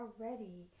already